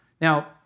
Now